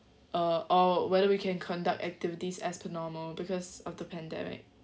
uh or whether we can conduct activities as per normal because of the pandemic